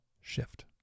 shift